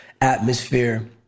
atmosphere